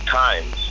times